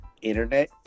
internet